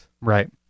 Right